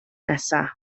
nesaf